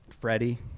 Freddie